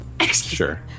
Sure